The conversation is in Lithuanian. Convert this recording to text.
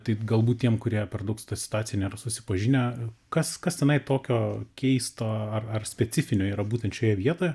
taip galbūt tiem kurie per daug su ta situacija nėra susipažinę kas kas tenai tokio keisto ar ar specifinio yra būtent šioje vietoje